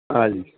હાજી